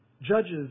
judges